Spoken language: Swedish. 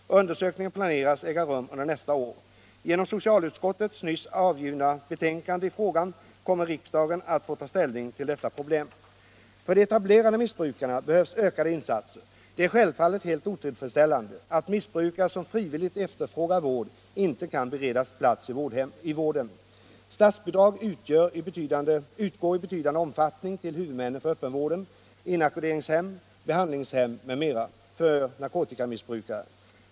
Undersökningen planeras äga rum under nästa år. Genom socialutskottets nyss avgivna betänkande i frågan kommer riksdagen att få ta ställning till dessa problem. För de etablerade missbrukarna behövs ökade insatser. Det är självfallet helt otillfredsställande att missbrukare som frivilligt efterfrågar vård inte 29 kan beredas plats i vården. Statsbidrag utgår i betydande omfattning till huvudmännen för öppenvård, inackorderingshem, behandlingshem m.m. för narkotikamissbrukare.